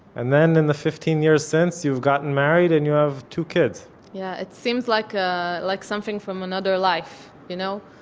and then, in the fifteen years since, you've gotten married, and you have two kids yeah, it seems like a, like something from another life. you know?